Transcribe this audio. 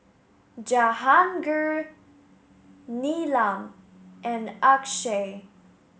Jahangir Neelam and Akshay